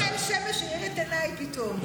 רק מיכאל שמש האיר את עיניי פתאום,